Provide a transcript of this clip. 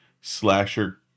slasher